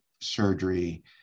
surgery